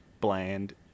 bland